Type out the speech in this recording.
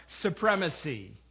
supremacy